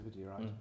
right